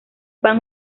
pan